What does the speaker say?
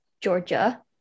Georgia